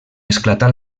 esclatà